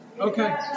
Okay